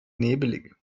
nebelig